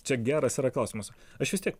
čia geras yra klausimas aš vis tiek